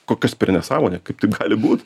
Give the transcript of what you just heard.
kokios per nesąmonė kaip taip gali būt